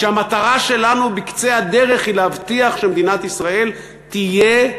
כשהמטרה שלנו בקצה הדרך היא להבטיח שמדינת ישראל תהיה,